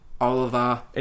Oliver